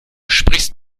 sprichst